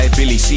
Billy